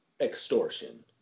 extortion